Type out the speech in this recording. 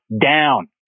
down